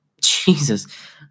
Jesus